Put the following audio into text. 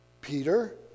Peter